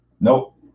Nope